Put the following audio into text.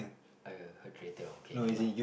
uh her traitor okay never mind